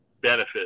benefit